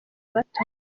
bato